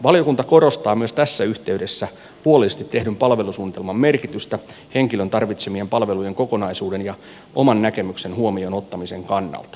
valiokunta korostaa myös tässä yhteydessä huolellisesti tehdyn palvelusuunnitelman merkitystä henkilön tarvitsemien palvelujen kokonaisuuden ja oman näkemyksen huomioon ottamisen kannalta